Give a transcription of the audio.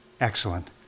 Excellent